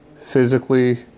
physically